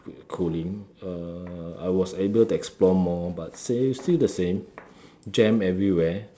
cooling uh I was able to explore but same still the same jam everywhere